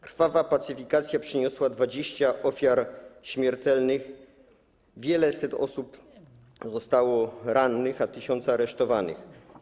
Krwawa pacyfikacja przyniosła 20 ofiar śmiertelnych, wieleset osób zostało rannych, 1000 osób aresztowano.